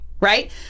right